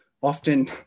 often